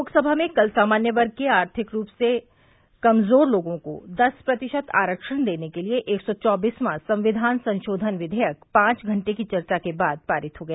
लोकसभा में कल सामान्य वर्ग के आर्थिक रूप से कमजोर लोगों को दस प्रतिशत आरक्षण देने के लिए एक सौ चौंबीसवां संविधान संशोधन विघेयक पांच घंटे की चर्चा के बाद पारित हो गया